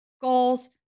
goals